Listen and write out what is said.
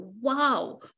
wow